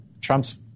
Trump's